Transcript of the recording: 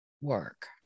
work